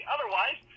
Otherwise